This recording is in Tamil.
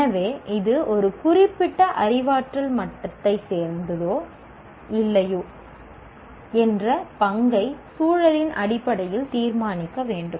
எனவே இது ஒரு குறிப்பிட்ட அறிவாற்றல் மட்டத்தைச் சேர்ந்ததா இல்லையா என்ற பங்கை சூழலின் அடிப்படையில் தீர்மானிக்க வேண்டும்